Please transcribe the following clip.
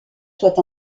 soient